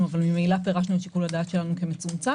וממילא פירשנו את שיקול הדעת שלנו כמצומצם.